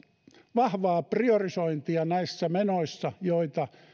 vahvaa priorisointia näissä menoissa joita